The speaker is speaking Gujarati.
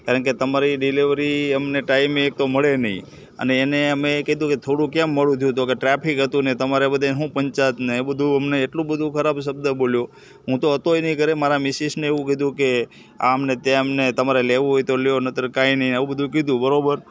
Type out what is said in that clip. કારણ કે તમારી ડીલિવરી અમને ટાઇમે એક તો મળે નહીં અને એણે અમે કીધું કે કેમ મોડું થયું તો ટ્રાફિક હતું ને તમારે બધે શું પંચાતને એ બધું અમને એટલું ખરાબ શબ્દ બોલ્યો હું તો હતો નહી ઘરે મારાં મિસીસને એવું કીધું કે આમ ને તેમ ને તમારે લેવું હોય લો નહિતર કંઈ નહીં આવું બધું કીધું બરાબર